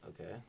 okay